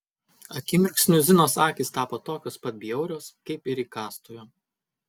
akimirksniu zinos akys tapo tokios pat bjaurios kaip ir įkąstojo